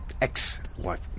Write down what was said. ex-wife